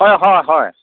হয় হয় হয়